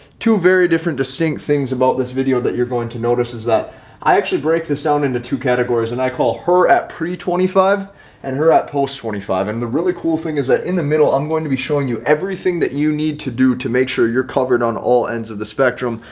two very different distinct things about this video that you're going to notice is that i actually break this down into two categories and i call her at pri, twenty five and n post twenty five and the really cool thing is that in the middle, i'm going to be showing you everything that you need to do to make sure you're covered on all ends of the spectrum.